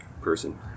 Person